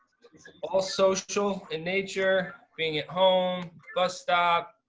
all social in nature, being at home, bus stop,